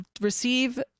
receive